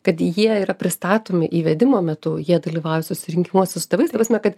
kad jie yra pristatomi įvedimo metu jie dalyvauja susirinkimuose su tėvais ta prasme kad